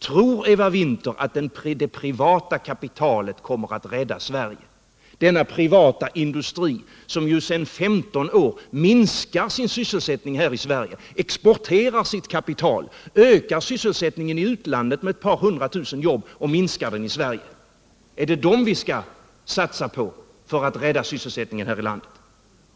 Tror Eva Winther att det privata kapitalet kommer att rädda Sverige, denna privata industri som sedan 15 år tillbaka minskar sin sysselsättning här i Sverige, exporterar sitt kapital, ökar sysselsättningen i utlandet med ett par hundra tusen arbeten och minskar den i Sverige? Är det denna privata industri vi skall satsa på för att rädda sysselsättningen här i landet?